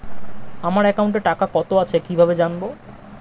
আমার একাউন্টে টাকা কত আছে কি ভাবে জানবো?